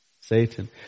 Satan